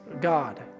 God